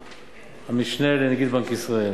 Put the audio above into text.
המשנה לנגיד בנק ישראל,